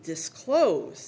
disclosed